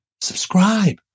Subscribe